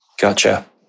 Gotcha